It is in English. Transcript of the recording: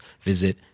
visit